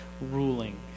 ruling